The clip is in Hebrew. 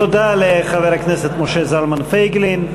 תודה לחבר הכנסת משה זלמן פייגלין.